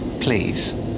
Please